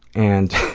and